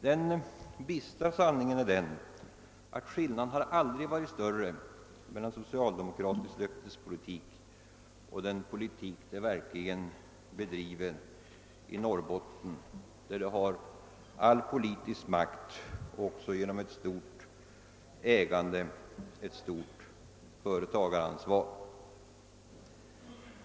Den bistra sanningen är den, att skillnaden aldrig varit större mellan socialdemokratisk löftespolitik och den politik socialdemokraterna verkligen bedriver i Norrbotten, där de har all politisk makt men också genom ett stort ägande ett stort företagaransvar.